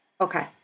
Okay